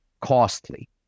costly